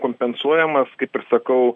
kompensuojamas kaip ir sakau